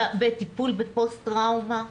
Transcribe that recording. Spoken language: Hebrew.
בטיפול בפוסט טראומה.